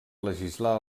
legislar